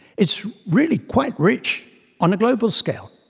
is really quite rich on a global scale.